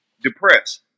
depressed